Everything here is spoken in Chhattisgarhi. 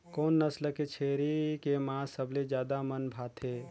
कोन नस्ल के छेरी के मांस सबले ज्यादा मन भाथे?